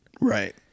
right